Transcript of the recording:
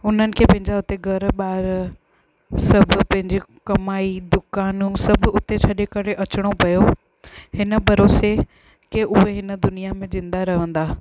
हुननि खे पंहिंजा हुते घरु ॿारु सभु पंहिंजी कमाई दुकानु सभु हुते छॾे करे अचिणो पियो हिन भरोसे के उहे हिन दुनिया में ज़िंदा रहंदा